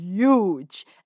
huge